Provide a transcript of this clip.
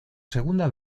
segunda